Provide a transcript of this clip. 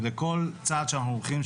ולכל צעד שאנחנו הולכים,